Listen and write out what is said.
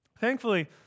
thankfully